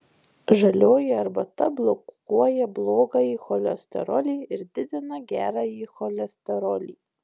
žalioji arbata blokuoja blogąjį cholesterolį ir didina gerąjį cholesterolį